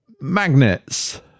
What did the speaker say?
magnets